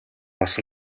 бас